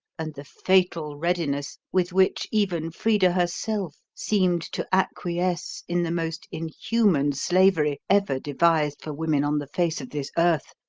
and the fatal readiness with which even frida herself seemed to acquiesce in the most inhuman slavery ever devised for women on the face of this earth,